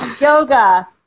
Yoga